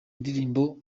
ndirimbo